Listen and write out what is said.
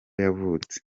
yavutse